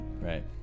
Right